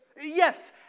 Yes